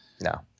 No